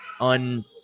un